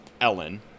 Ellen